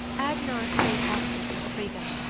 agnar stayed often with frigga.